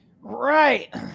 Right